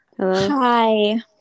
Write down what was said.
hi